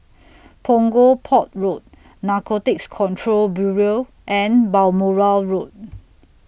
Punggol Port Road Narcotics Control Bureau and Balmoral Road